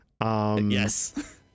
Yes